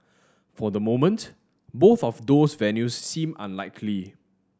for the moment both of those venues seem unlikely